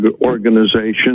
organization